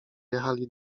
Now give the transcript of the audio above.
jechali